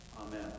Amen